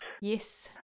Yes